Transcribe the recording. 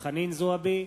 חנין זועבי,